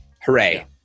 hooray